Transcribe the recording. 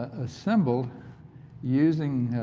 assembles using